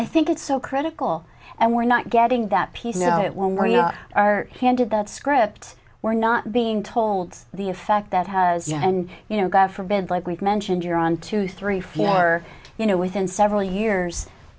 i think it's so critical and we're not getting that piece you know when we're you know are handed that script we're not being told the effect that has you know and you know god forbid like we've mentioned you're on two three four you know within several years